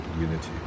unity